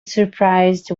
surprised